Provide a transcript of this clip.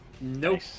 Nope